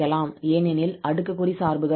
ஏனெனில் அடுக்குக்குறி சார்புகள் ஆகும்